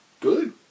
Good